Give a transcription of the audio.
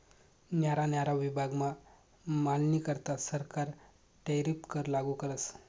न्यारा न्यारा विभागमा मालनीकरता सरकार टैरीफ कर लागू करस